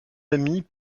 amis